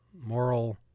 moral